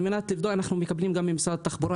על מנת לקבוע אנחנו מקבלים גם ממשרד התחבורה,